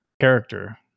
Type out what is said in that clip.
character